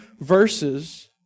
verses